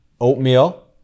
oatmeal